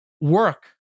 work